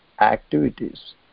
activities